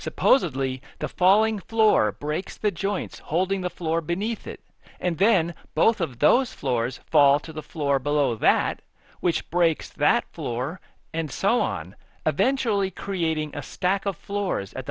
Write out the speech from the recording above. supposedly the falling floor breaks the joints holding the floor beneath it and then both of those floors fall to the floor below that which breaks that floor and so on eventually creating a stack of floors at